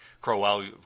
Crowell